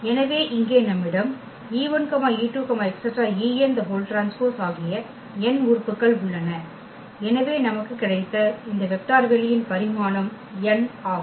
எனவே இங்கே நம்மிடம் e1e2 enT ஆகிய n உறுப்புகள் உள்ளன எனவே நமக்கு கிடைத்த இந்த வெக்டர் வெளியின் பரிமாணம் n ஆகும்